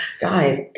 guys